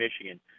Michigan